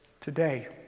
Today